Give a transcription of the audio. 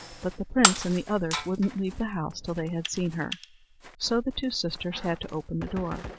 but the prince and the others wouldn't leave the house till they had seen her so the two sisters had to open the door.